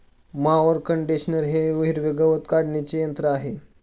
mower conditioner हे हिरवे गवत काढणीचे यंत्र आहे